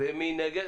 מי נגד?